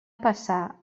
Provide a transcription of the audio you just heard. passar